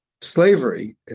slavery